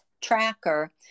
tracker